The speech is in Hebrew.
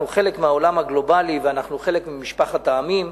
אנחנו חלק מהעולם הגלובלי ואנחנו חלק ממשפחת עמים,